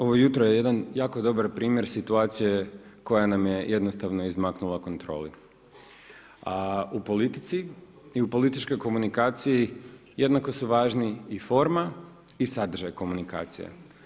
Ovo jutro je jedan jako dobar primjer situacije koja nam je jednostavno izmaknula kontroli, a u politici i u političkoj komunikaciji jednako su važni i forma i sadržaj komunikacije.